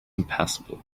impassable